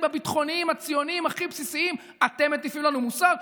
הביטחוניים הציוניים הכי בסיסיים ואתם מטיפים לנו מוסר?